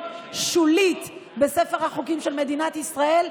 שולית בספר החוקים של מדינת ישראל,